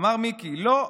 אמר מיקי: "לא,